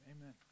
amen